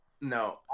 no